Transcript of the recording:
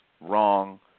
wrong